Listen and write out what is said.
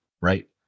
right